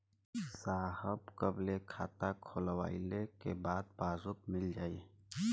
साहब कब ले खाता खोलवाइले के बाद पासबुक मिल जाई?